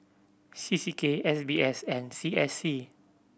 C C K S B S and C S C